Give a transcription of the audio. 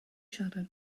siarad